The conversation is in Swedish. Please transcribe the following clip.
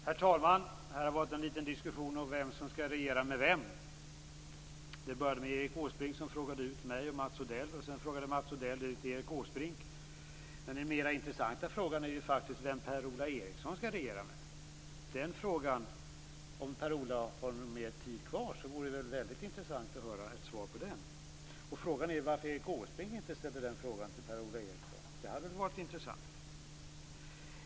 Herr talman! Här har varit en liten diskussion om vem som skall regera med vem. Det började med att Erik Åsbrink frågade ut mig och Mats Odell, och sedan frågade Mats Odell ut Erik Åsbrink. Den mer intressanta frågan är dock vem Per-Ola Eriksson skall regera med. Om Per-Ola Eriksson har någon taletid kvar vore det väldigt intressant att höra ett svar på den. Frågan är också varför Erik Åsbrink inte ställde den frågan till Per-Ola Eriksson. Det hade väl varit intressant.